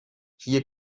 hier